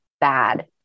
bad